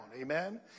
Amen